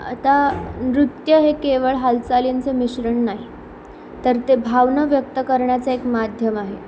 आता नृत्य हे केवळ हालचालींचं मिश्रण नाही तर ते भावना व्यक्त करण्याचा एक माध्यम आहे